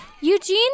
Eugene